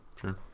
Sure